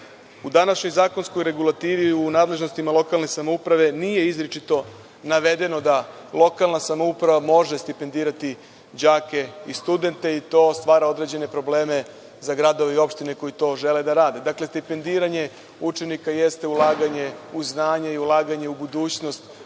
U današnjoj zakonskoj regulativi u nadležnostima lokalne samouprave nije izričito navedeno da lokalna samouprava može stipendirati đake i studente. To stvara određene probleme za gradove i opštine koji to žele da rade. Dakle, stipendiranje u današnjoj zakonskoj regulativi u nadležnostima